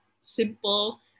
simple